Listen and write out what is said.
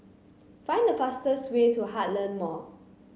find the fastest way to Heartland Mall